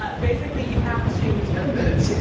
ah basically, you have to ten minutes? yeah